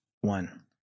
one